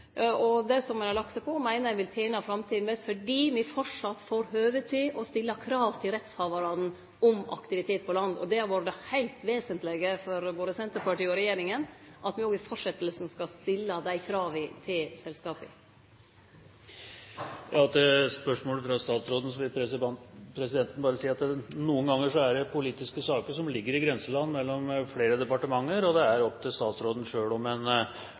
Og det som ein har lagt seg på, meiner eg vil tene framtida best fordi me framleis får høve til å stille krav til rettshavarane om aktivitet på land. Det har vore det heilt vesentlege for både Senterpartiet og regjeringa: at me òg i fortsetjinga skal stille dei krava til selskapa. Til spørsmålet fra statsråden vil presidenten bare si at noen ganger er det politiske saker som ligger i grenseland mellom flere departementer, og det er opp til statsråden selv om